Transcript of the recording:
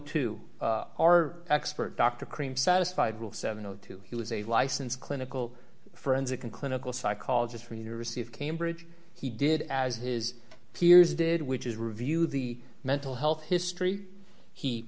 two our expert dr karim satisfied with seven o two he was a licensed clinical forensic and clinical psychologist from university of cambridge he did as his peers did which is review the mental health history he